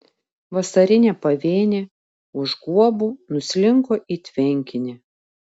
vasarinė pavėnė už guobų nuslinko į tvenkinį